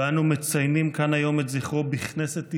ואנו מציינים כאן היום את זכרו בכנסת ישראל,